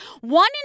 One